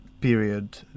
period